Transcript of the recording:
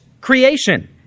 creation